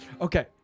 Okay